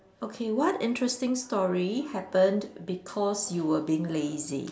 okay what interesting story happened because you were being lazy